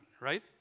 right